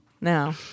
No